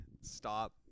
stop